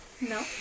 No